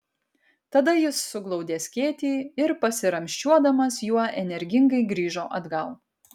tada jis suglaudė skėtį ir pasiramsčiuodamas juo energingai grįžo atgal